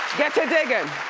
get to diggin'.